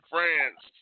France